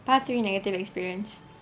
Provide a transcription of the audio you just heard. part three negative experience